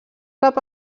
cap